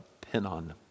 Pinon